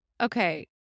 okay